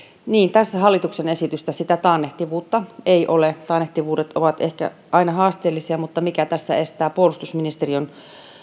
tässä hallituksen esityksessä sitä taannehtivuutta ei ole taannehtivuudet ovat ehkä aina haasteellisia mutta mikä tässä estää puolustusministeriön